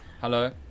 Hello